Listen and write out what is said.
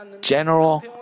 general